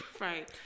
Right